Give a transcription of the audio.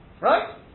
right